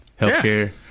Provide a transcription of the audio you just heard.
healthcare